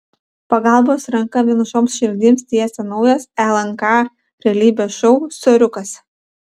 pagalbos ranką vienišoms širdims tiesia naujas lnk realybės šou soriukas